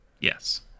Yes